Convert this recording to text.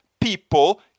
people